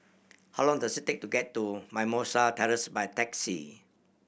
how long does it take to get to Mimosa Terrace by taxi